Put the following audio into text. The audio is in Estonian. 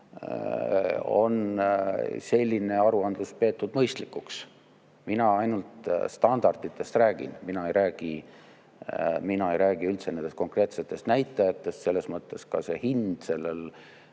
Sellist aruandlust on peetud mõistlikuks. Mina ainult standarditest räägin, mina ei räägi üldse nendest konkreetsetest näitajatest. Selles mõttes see hind sellel